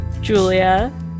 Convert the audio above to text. Julia